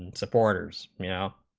and supporters you know